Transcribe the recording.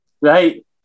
Right